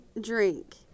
drink